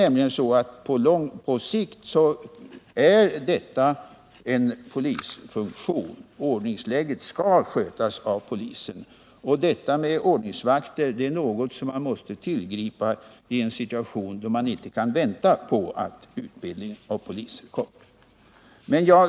Övervakningen är nämligen en polisfunktion, och ordningsläget skall skötas av polisen. Att utnyttja ordningsvakter är något som man nu måste tillgripa i väntan på att utbildningen av fler poliser skall ge resultat.